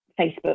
Facebook